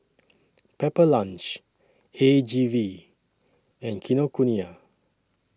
Pepper Lunch A G V and Kinokuniya